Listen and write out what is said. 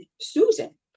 Susan